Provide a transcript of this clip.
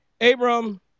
Abram